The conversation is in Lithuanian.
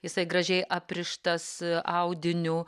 jisai gražiai aprištas audiniu